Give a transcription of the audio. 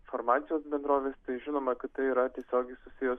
farmacijos bendrovės žinoma kad tai yra tiesiogiai susiję